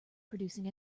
producing